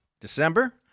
December